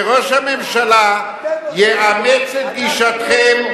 שראש הממשלה יאמץ את גישתכם,